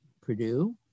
Purdue